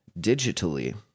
digitally